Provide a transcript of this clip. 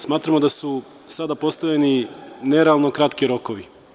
Smatramo da su sadapostavljeni nerealno kratki rokovi.